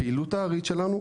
הפעילות הארי שלנו,